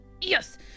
yes